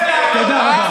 תודה רבה.